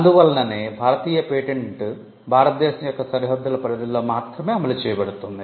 అందువలననే భారతీయ పేటెంట్ భారతదేశం యొక్క సరిహద్దుల పరిధులలో మాత్రమే అమలు చేయబడుతుంది